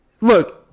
Look